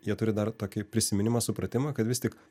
jie turi dar tokį prisiminimą supratimą kad vis tik